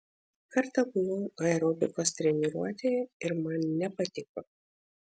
kartą buvau aerobikos treniruotėje ir man nepatiko